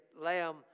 Lamb